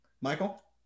Michael